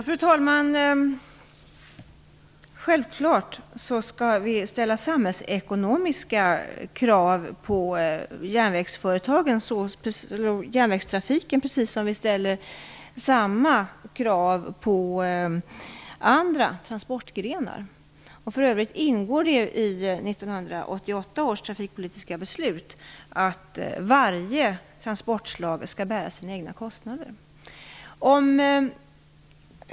Fru talman! Vi skall självfallet ställa samhällsekonomiska krav på järnvägstrafiken, precis som vi ställer samma krav på andra trafikgrenar. För övrigt ingår det i 1988 års trafikpolitiska beslut att varje transportslag skall bära sina egna kostnader.